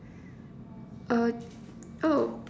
uh oh